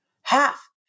half